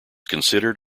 considered